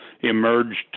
emerged